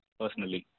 personally